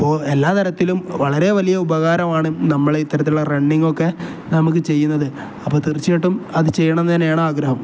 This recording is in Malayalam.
അപ്പോൾ എല്ലാ തരത്തിലും വളരെ വലിയ ഉപകാരമാണ് നമ്മൾ ഇത്തരത്തിലുള്ള റണ്ണിങ് ഒക്കെ നമുക്ക് ചെയ്യുന്നത് അപ്പം തീർച്ച കിട്ടും അത് ചെയ്യണം തന്നെയാണ് ആഗ്രഹം